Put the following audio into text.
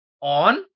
on